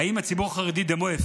האם דמו של הציבור החרדי הפקר?